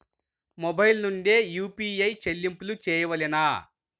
Mobile నుండే UPI చెల్లింపులు చేయవలెనా?